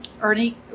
Ernie